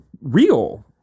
real